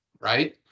right